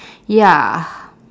ya